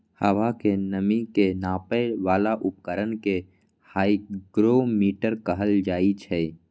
हवा के नमी के नापै बला उपकरण कें हाइग्रोमीटर कहल जाइ छै